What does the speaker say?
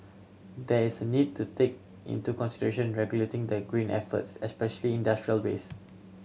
there is a need to take into consideration regulating the green efforts especially industrial waste